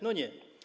No nie.